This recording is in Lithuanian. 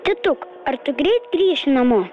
tėtuk ar tu greit grįši namo